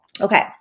Okay